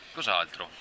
Cos'altro